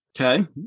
Okay